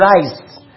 rise